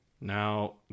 Now